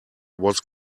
was